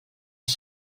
als